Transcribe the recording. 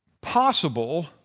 possible